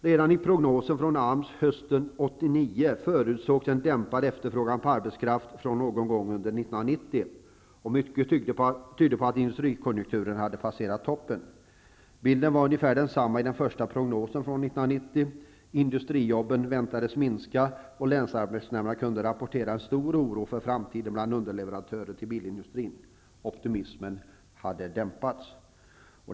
Redan i prognoser från AMS hösten 1989 förutsågs en dämpad efterfrågan på arbetskraft från någon gång under 1990. Mycket tydde på att industrikonjunkturen hade passerat toppen. Bilden var ungefär densamma i den första prognosen från Länsarbetsnämnderna kunde rapportera en stor oro för framtiden bland underleverantörer till bilindustrin. Optimismen hade dämpats.